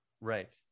Right